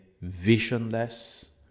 visionless